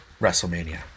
WrestleMania